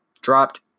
dropped